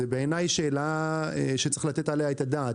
זאת בעיני שאלה שצריך לתת עליה את הדעת,